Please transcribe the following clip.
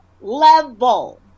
level